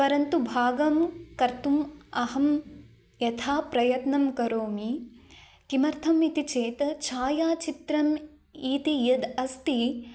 परन्तु भागं कर्तुम् अहं यथा प्रयत्नं करोमि किमर्थम् इति चेत् छायाचित्रम् इति यद् अस्ति